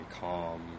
calm